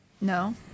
No